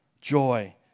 joy